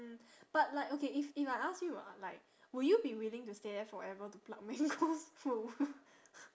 mm but like okay if if I ask you ah like will you be willing to stay there forever to pluck mangoes